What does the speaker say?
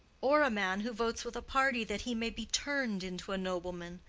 or a man who votes with a party that he may be turned into a nobleman.